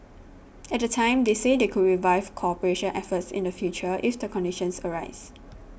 at the time they said they could revive cooperation efforts in the future if the conditions arise